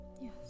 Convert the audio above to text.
Yes